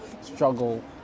struggle